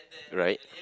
right